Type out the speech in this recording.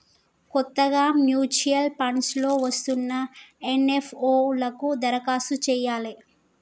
కొత్తగా mutual funds లో వస్తున్న ఎన్.ఎఫ్.ఓ లకు దరఖాస్తు చెయ్యాలే